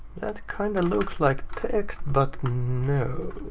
that kind of looks like text, but, no.